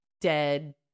dead